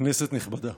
כנסת נכבדה,